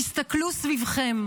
תסתכלו סביבכם.